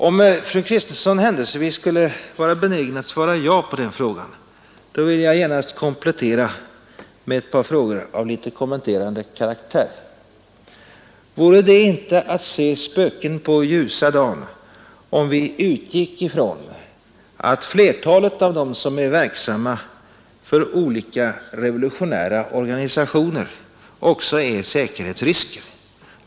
Om fru Kristensson händelsevis skulle vara benägen att svara ja på den frågan, vill jag genast komplettera med ett par frågor av litet kommenterande karaktär: Vore det inte att se spöken på ljusa dagen, om vi utgick ifrån att flertalet av dem som är verksamma för olika revolutionära organisationer också är säkerhetsrisker?